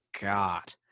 God